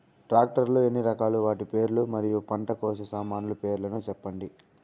Tractor లు ఎన్ని రకాలు? వాటి పేర్లు మరియు పంట కోసే సామాన్లు పేర్లను సెప్పండి?